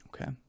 Okay